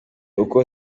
uko